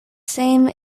same